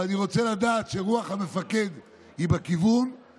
אבל אני רוצה לדעת שרוח המפקד היא בכיוון,